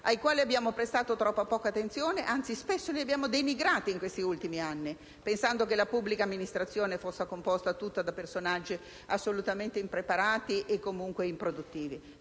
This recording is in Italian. ai quali abbiamo prestato troppo poca attenzione, anzi, che spesso abbiamo denigrato in questi ultimi anni, pensando che la pubblica amministrazione fosse composta tutta da personaggi assolutamente impreparati e comunque improduttivi.